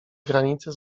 granice